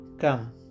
Come